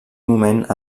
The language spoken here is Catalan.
moment